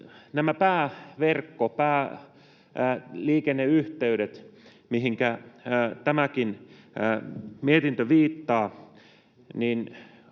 Pääverkko ja pääliikenneyhteydet, mihinkä tämäkin mietintö viittaa,